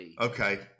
Okay